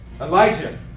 Elijah